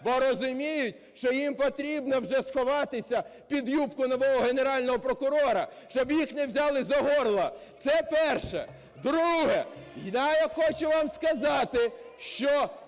бо розуміють, що їм потрібно вже сховатися під юбку нового Генерального прокурора, щоб їх не взяли за горло. Це перше. Друге. Я хочу вам сказати, що